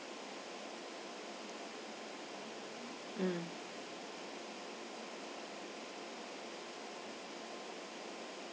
mm